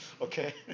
Okay